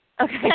Okay